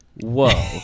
Whoa